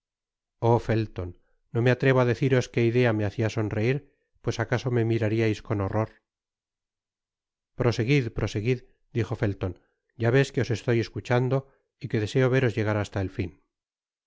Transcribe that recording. felton no me atrevo á deciros que idea me hacia sonreir pues acaso me mirariais con horror proseguid proseguid dijo felton ya veis que os estoy escuchando y que deseo veros llegar hasta el fin